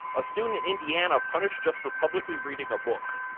a student at indiana punished just for publicly reading a book,